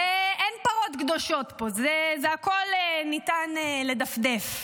אין פרות קדושות פה, על הכול ניתן לדפדף.